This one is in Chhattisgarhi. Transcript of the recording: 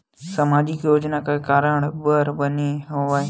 सामाजिक योजना का कारण बर बने हवे?